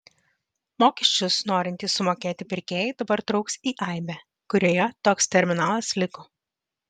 mokesčius norintys sumokėti pirkėjai dabar trauks į aibę kurioje toks terminalas liko